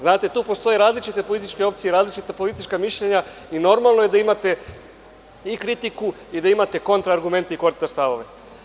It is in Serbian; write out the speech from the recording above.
Znate, tu postoje različite političke opcije i različita politička mišljenja i normalno je da imate i kritiku i da imate kontra argumente i kontra stavove.